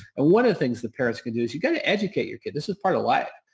and one of the things that parents can do is you got to educate your kid. this is part of life.